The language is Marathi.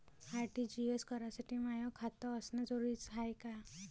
आर.टी.जी.एस करासाठी माय खात असनं जरुरीच हाय का?